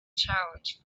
challenge